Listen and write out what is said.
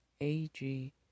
AG